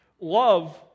Love